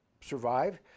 survive